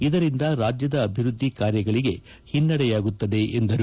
ಇದರಿಂದ ರಾಜ್ಯದ ಅಭಿವೃದ್ಧಿ ಕಾರ್ಯಗಳಗೆ ಹಿನ್ನಡೆಯಾಗುತ್ತದೆ ಎಂದರು